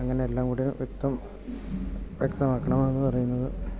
അങ്ങനെയെല്ലാം കൂടി വ്യക്തം വ്യക്തമാക്കണം എന്ന് പറയുന്നത്